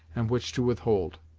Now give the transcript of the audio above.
and which to withhold.